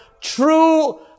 true